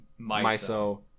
MISO